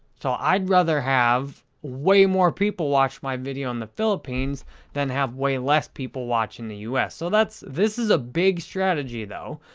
so, i'd rather have way more people watch my video in the philippines than have way less people watch in the us. so this is a big strategy, though,